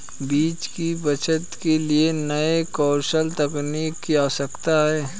बीज की बचत के लिए नए कौशल तकनीकों की आवश्यकता है